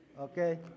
okay